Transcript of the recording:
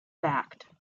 fact